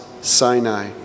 Sinai